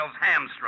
hamstrung